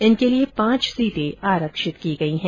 इनके लिए पांच सीटें आरक्षित की गई हैं